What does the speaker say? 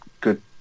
good